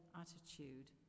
attitude